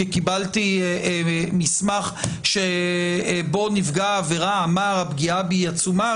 כי קיבלתי מסמך שבו נפגע העבירה אמר שהפגיעה בו היא עצומה?